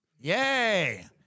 Yay